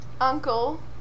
uncle